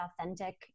authentic